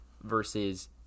versus